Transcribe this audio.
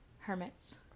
Hermits